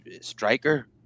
striker